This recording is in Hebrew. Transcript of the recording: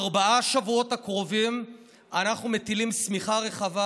בארבעת השבועות הקרובים אנחנו מטילים שמיכה רחבה,